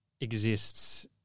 exists